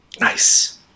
nice